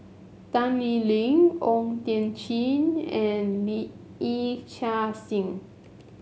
Tan Lee Leng O Thiam Chin and Lee Yee Chia Hsing